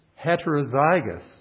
heterozygous